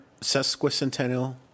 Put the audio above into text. sesquicentennial